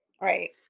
Right